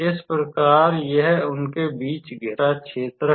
इस प्रकार यह उनके बीच घिरा क्षेत्र है